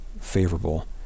favorable